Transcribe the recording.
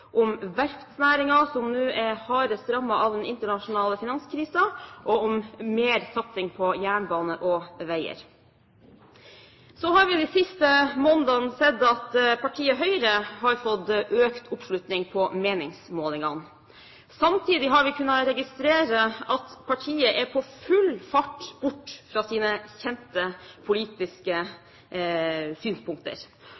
om arbeidsmarkedstiltak, om verftsnæringen, som nå er hardest rammet av den internasjonale finanskrisen, og om mer satsing på jernbane og veier. Så har vi de siste månedene sett at partiet Høyre har fått økt oppslutning på meningsmålingene. Samtidig har vi kunnet registrere at partiet er på full fart bort fra sine kjente